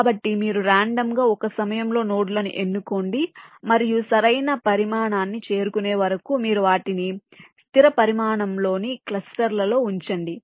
కాబట్టి మీరు రాండమ్ గా ఒక సమయంలో నోడ్లను ఎన్నుకోండి మరియు సరైన పరిమాణాన్ని చేరుకునే వరకు మీరు వాటిని స్థిర పరిమాణంలోని క్లస్టర్స్ లలో ఉంచండి